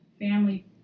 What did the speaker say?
family